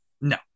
No